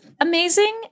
amazing